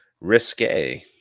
Risque